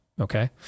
okay